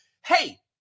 Hey